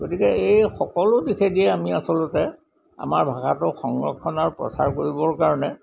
গতিকে এই সকলো দিশেদিয়ে আমি আচলতে আমাৰ ভাষাটো সংৰক্ষণ আৰু প্ৰচাৰ কৰিবৰ কাৰণে